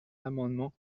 l’amendement